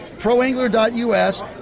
ProAngler.us